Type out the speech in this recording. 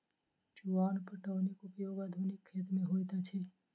चुआन पटौनीक उपयोग आधुनिक खेत मे होइत अछि